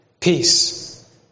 Peace